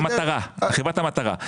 המטרה, חברת המטרה.